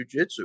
jujitsu